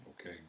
Okay